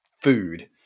food